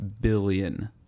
billion